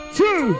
two